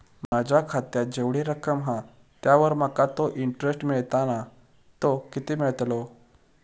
माझ्या खात्यात जेवढी रक्कम हा त्यावर माका तो इंटरेस्ट मिळता ना तो किती मिळतलो?